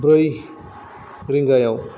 ब्रै रिंगायाव